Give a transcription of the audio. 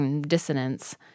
dissonance